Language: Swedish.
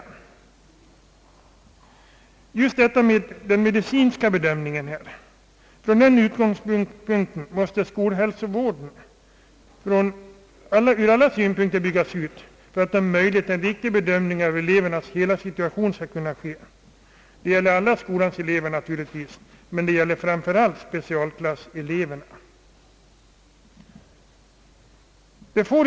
Med utgångspunkt just från den medicinska bedömningen måste skolhälsovården ur alla synpunkter byggas upp för att om möjligt en riktig bedömning av elevernas hela situation skall kunna ske; det gäller naturligtvis skolans alla elever men framför allt specialklasseleverna.